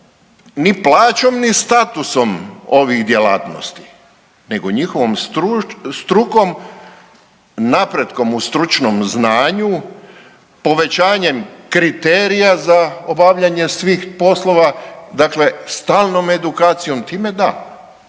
ni plaćom, ni statusom ovih djelatnosti nego njihovom strukom, napretkom u stručnom znanju, povećanjem kriterija za obavljanje svih poslova, dakle stalnom edukacijom. Time da.